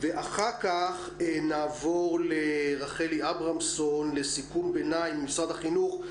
ואחר כך נעבור לרחלי אברמזון לסיכום ביניים עם משרד החינוך.